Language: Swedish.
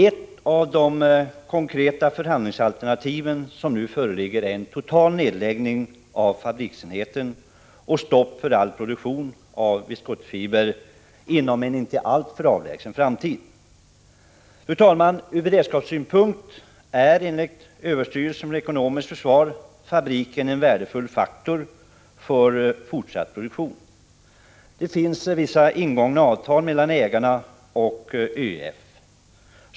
Ett av de konkreta förhandlingsalternativ som nu föreligger innebär en total nedläggning av fabriksenheten och stopp för all produktion av viskosfiber inom en inte alltför avlägsen framtid. Fru talman! Ur beredskapssynpunkt är fabriken, enligt överstyrelsen för ekonomiskt försvar, en värdefull faktor för fortsatt produktion. Det finns vissa ingångna avtal mellan ägarna och ÖEF.